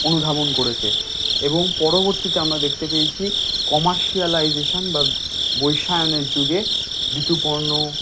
অনুধাবন করেছে এবং পরবর্তীতে আমরা দেখতে পেয়েছি কমার্শিয়ালাইজেশন বা বৈশায়নের যুগে ঋতুপর্ণ